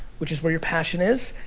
which is where your passion is.